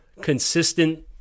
consistent